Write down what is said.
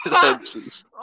senses